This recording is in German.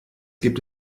gibt